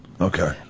Okay